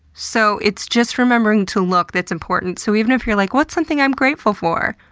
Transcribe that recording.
so it's just remembering to look that's important. so even if you're like, what's something i'm grateful for?